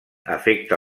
afecta